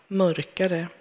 mörkare